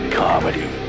comedy